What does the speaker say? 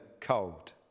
cold